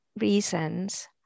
reasons